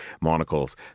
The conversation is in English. Monocle's